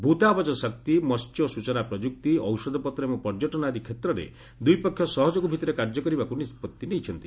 ଭୂତାପଜ ଶକ୍ତି ମତ୍ୟ ସ୍କୁଚନା ପ୍ରଯୁକ୍ତି ଔଷଧପତ୍ର ଏବଂ ପର୍ଯ୍ୟଟନ ଆଦି କ୍ଷେତ୍ରରେ ଦୁଇପକ୍ଷ ସହଯୋଗ ଭିତ୍ତିରେ କାର୍ଯ୍ୟ କରିବାକୁ ନିଷ୍କତି ନେଇଛନ୍ତି